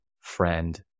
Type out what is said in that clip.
friend